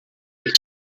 with